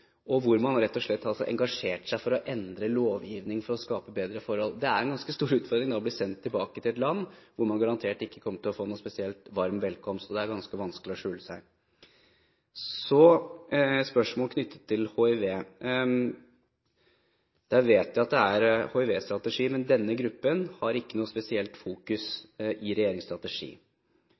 og hvor man har engasjert seg for å endre lovgivningen for å skape bedre forhold. Da er det en ganske stor utfordring å bli sendt tilbake til et land hvor man garantert ikke kommer til å få noen spesielt varm velkomst, og det er ganske vanskelig å skjule seg. Så et spørsmål knyttet til hiv. Jeg vet at det er hiv-strategier, men denne gruppen har ikke noe spesielt fokus i